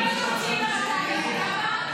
53 שקלים לשעה.